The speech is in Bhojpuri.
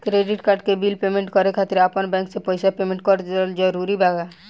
क्रेडिट कार्ड के बिल पेमेंट करे खातिर आपन बैंक से पईसा पेमेंट करल जरूरी बा?